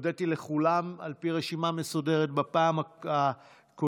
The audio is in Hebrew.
הודיתי לכולם על פי רשימה מסודרת בפעם הקודמת,